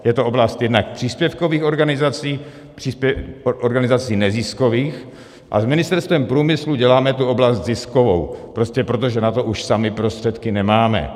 Je to oblast jednak příspěvkových organizací, organizací neziskových, a s Ministerstvem průmyslu děláme tu oblast ziskovou, prostě protože na to už sami prostředky nemáme.